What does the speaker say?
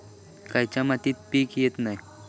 खयच्या मातीत पीक येत नाय?